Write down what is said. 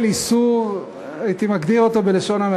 אין מתנגדים, אין